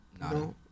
no